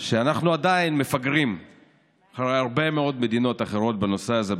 שאנחנו עדיין מפגרים אחרי הרבה מאוד מדינות אחרות בנושא הזה,